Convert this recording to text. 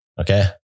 Okay